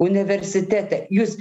universitete jūs